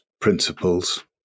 principles